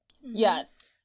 Yes